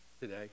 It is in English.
today